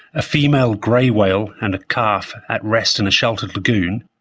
a female grey whale and calf at rest in a sheltered lagoon,